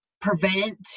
prevent